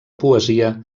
poesia